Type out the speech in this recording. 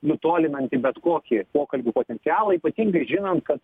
nutolinanti bet kokį pokalbių potencialą ypatingai žinant kad